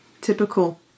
typical